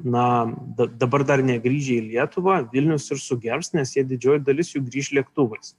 na dabar dar negrįžę į lietuvą vilnius ir sugers nes jie didžioji dalis jų grįš lėktuvais